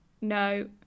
no